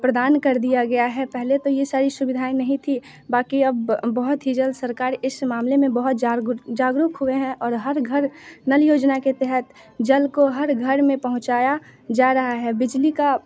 प्रदान कर दिया गया है पहले तो ये सारी सुविधाएँ नहीं थी बाक़ी अब बहुत ही जल्द सरकार इस मामले में बहुत जारगुक जागरूक हुए हैं और हर घर नल योजना के तहत जल को हर घर में पहुंचाया जा रहा है बिजली का